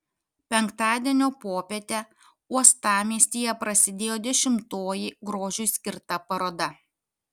penktadienio popietę uostamiestyje prasidėjo dešimtoji grožiui skirta paroda